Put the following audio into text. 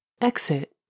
Exit